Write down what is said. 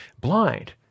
blind